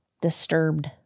Disturbed